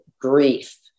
grief